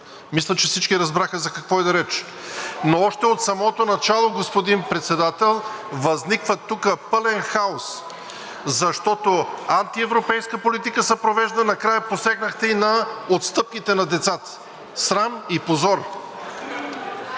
Мисля, че всички разбраха за какво иде реч! Но още от самото начало, господин Председател, възниква тук пълен хаос, защото антиевропейска политика се провежда. Накрая посегнахте и на отстъпките на децата. Срам и позор!